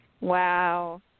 Wow